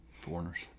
foreigners